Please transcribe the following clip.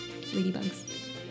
ladybugs